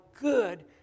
good